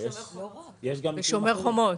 בשומר חומות.